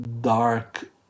dark